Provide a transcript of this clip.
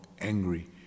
angry